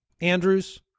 Andrews